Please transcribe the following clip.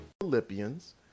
Philippians